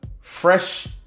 fresh